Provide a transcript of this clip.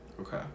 Okay